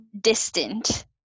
distant